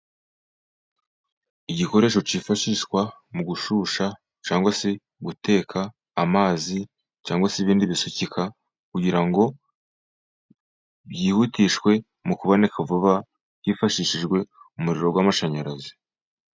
Igikoresho cyifashishwa mu gushyushya, cyangwa se guteka amazi cyangwa se ibindi bisukika, kugira ngo byihutishwe mu kuboneka vuba, hifashishijwe umuriro w'amashanyarazi.